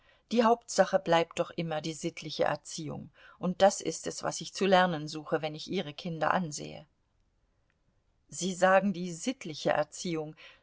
die hauptsache bleibt doch immer die sittliche erziehung und das ist es was ich zu lernen suche wenn ich ihre kinder ansehe sie sagen die sittliche erziehung